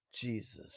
Jesus